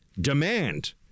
demand